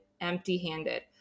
empty-handed